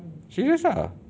serious ah